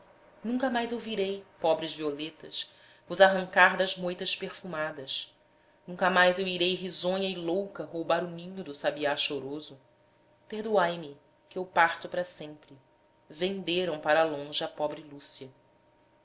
nunca mais eu virei pobres violetas vos arrancar das moitas perfumadas nunca mais eu irei risonha e louca roubar o ninho do sabiá choroso perdoai me que eu parto para sempre venderam para longe a pobre lúcia